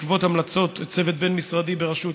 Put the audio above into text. בעקבות המלצות צוות בין-משרדי בראשות